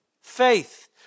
faith